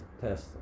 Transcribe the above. test